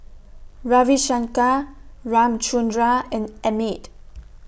Ravi Shankar Ramchundra and Amit